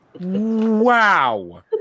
Wow